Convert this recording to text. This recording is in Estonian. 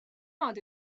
nemad